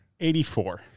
84